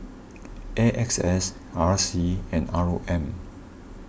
A X S R C and R O M